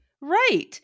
Right